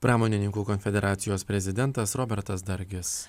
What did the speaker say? pramonininkų konfederacijos prezidentas robertas dargis